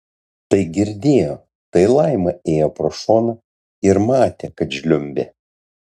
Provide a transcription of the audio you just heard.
tai girdėjo tai laima ėjo pro šoną ir matė kad žliumbė